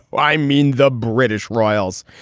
i mean, the british royals.